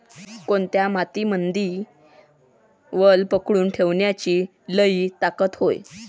कोनत्या मातीमंदी वल पकडून ठेवण्याची लई ताकद हाये?